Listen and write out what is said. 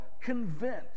convinced